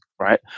right